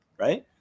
right